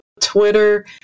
Twitter